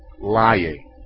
Lying